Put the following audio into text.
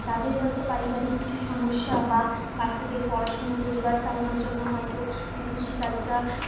তাদের হয়তো পারিবারিক কিছু সমস্যা বা বাচ্চাদের পড়াশুনো পরিবার চালানোর জন্য হয়তো কৃষিকাজটা